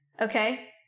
okay